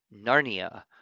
Narnia